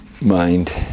mind